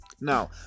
Now